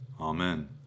Amen